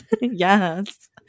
yes